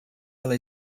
ela